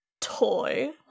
Toy